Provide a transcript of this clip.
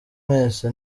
mwese